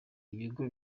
ibigo